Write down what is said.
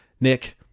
Nick